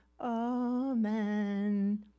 Amen